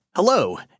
Hello